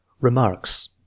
Remarks